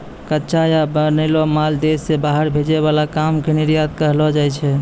कच्चा या बनैलो माल देश से बाहर भेजे वाला काम के निर्यात कहलो जाय छै